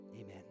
amen